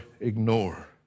ignore